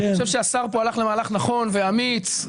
אני חושב שהשר פה הלך למהלך נכון ואמיץ.